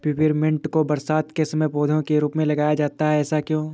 Peppermint को बरसात के समय पौधे के रूप में लगाया जाता है ऐसा क्यो?